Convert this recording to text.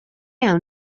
awn